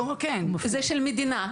זה של המדינה.